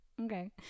okay